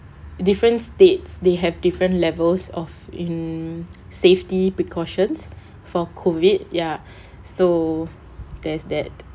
different states they have different levels of hmm safety precautions for COVID ya so there's that